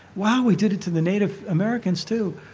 wow, we did it to the native americans too.